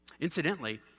Incidentally